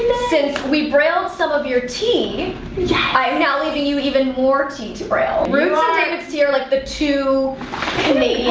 since we brailled some of your tea. yeah, i am now leaving you even more tea to braille roots and david's tea are like the two